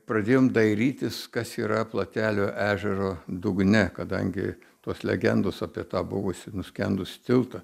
pradėjom dairytis kas yra platelių ežero dugne kadangi tos legendos apie tą buvusį nuskendusį tiltą